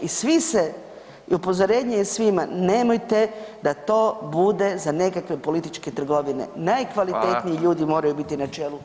I svi se i upozorenje je svima, nemojte da to bude za nekakve političke trgovine [[Upadica: Hvala.]] najkvalitetniji ljudi moraju biti na čelu uprave.